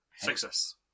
Success